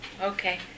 Okay